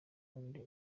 kundi